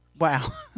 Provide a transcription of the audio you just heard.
Wow